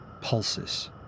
pulses